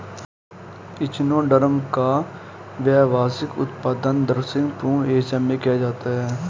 echinoderm का व्यावसायिक उत्पादन दक्षिण पूर्व एशिया में किया जाता है